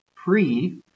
Pre